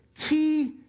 key